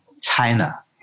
China